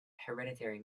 hereditary